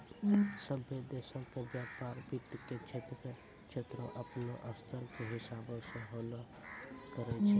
सभ्भे देशो के व्यपार वित्त के क्षेत्रो अपनो स्तर के हिसाबो से होलो करै छै